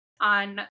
on